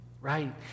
right